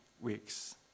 weeks